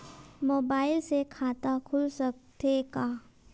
Mobile से खाता खुल सकथे का?